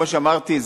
כמו שאמרתי,